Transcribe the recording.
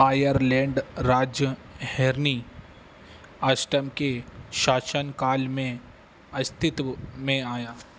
Ireland राज्य हेरनी अष्टम के शासनकाल में अस्तित्व में आया